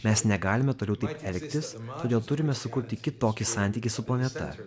mes negalime toliau taip elgtis todėl turime sukurti kitokį santykį su planeta